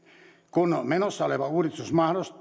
kun menossa oleva uudistus